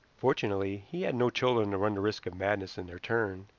fortunately he had no children to run the risk of madness in their turn,